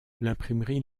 l’imprimerie